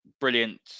brilliant